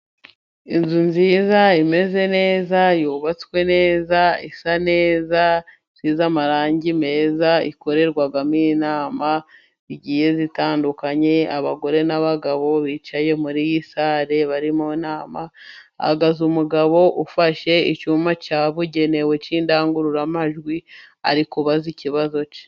Inzu nziza imeze neza, yubatswe neza, isa neza, isize amarange meza, ikorerwamo inama zigiye zitandukanye. Abagore n'abagabo bicaye muri iyi sare bari mu nama, hahagaze umugabo ufashe icyuma cyabugenewe cy'indangururamajwi ari kubabaza ikibazo cye.